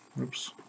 Oops